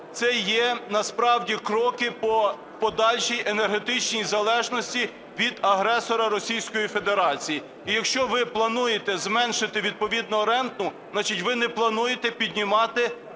це є насправді кроки по подальшій енергетичній залежності від агресора – Російської Федерації. І якщо ви плануєте зменшити відповідно ренту, значить, ви не плануєте піднімати